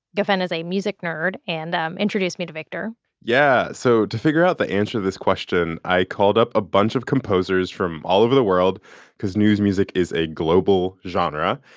ngofeen is a music nerd, and introduced me to victor yeah, so to figure out the answer to this question, i called up a bunch of composers from all over the world cause news music is a global genre.